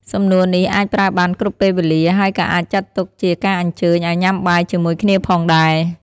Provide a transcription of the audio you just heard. សំណួរនេះអាចប្រើបានគ្រប់ពេលវេលា ហើយក៏អាចចាត់ទុកជាការអញ្ជើញឲ្យញ៉ាំបាយជាមួយគ្នាផងដែរ។